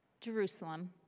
Jerusalem